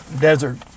desert